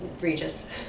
Regis